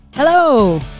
Hello